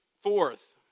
Fourth